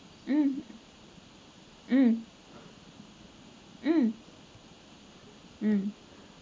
um um um um